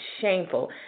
shameful